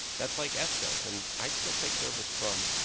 that's like escos. and i still take service from